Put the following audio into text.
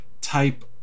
type